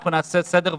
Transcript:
אנחנו נעשה סדר,